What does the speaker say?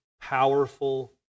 powerful